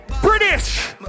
British